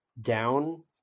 down